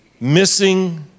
missing